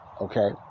okay